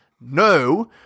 No